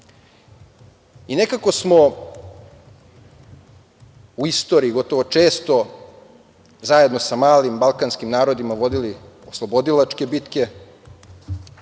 žrtve. Nekako smo u istoriji gotovo često, zajedno sa malim balkanskim narodima vodili oslobodilačke bitke